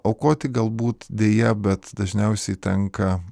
aukoti galbūt deja bet dažniausiai tenka